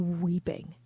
weeping